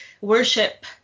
worship